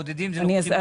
מאוד קשה.